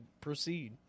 proceed